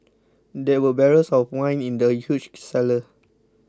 there were barrels of wine in the huge cellar